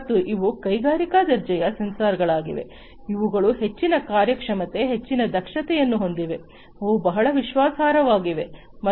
ಮತ್ತು ಇವು ಕೈಗಾರಿಕಾ ದರ್ಜೆಯ ಸೆನ್ಸಾರ್ಗಳಾಗಿವೆ ಇವುಗಳು ಹೆಚ್ಚಿನ ಕಾರ್ಯಕ್ಷಮತೆ ಹೆಚ್ಚಿನ ದಕ್ಷತೆಯನ್ನು ಹೊಂದಿವೆ ಅವು ಬಹಳ ವಿಶ್ವಾಸಾರ್ಹವಾಗಿವೆ